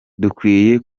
dukwiye